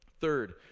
Third